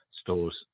stores